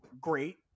great